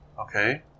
Okay